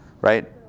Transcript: right